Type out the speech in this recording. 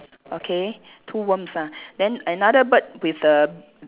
okay two worms ah then another bird with the